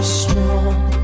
strong